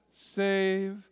save